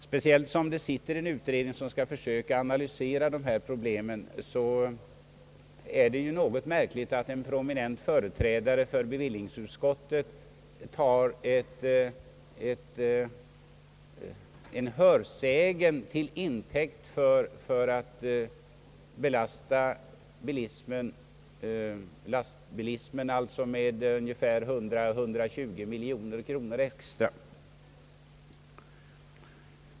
Särskilt som det sitter en utredning som skall försöka analysera dessa problem är det märkligt att en prominent företrädare för bevillningsutskottet tar en hörsägen till intäkt för att betunga lastbilismen med 100—120 miljoner kronor extra.